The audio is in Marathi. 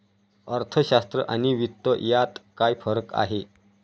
अर्थशास्त्र आणि वित्त यात काय फरक आहे